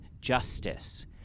justice